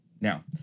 Now